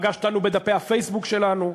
פגש אותנו בדפי הפייסבוק שלנו.